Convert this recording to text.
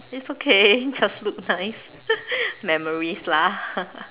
it's okay just look nice memories lah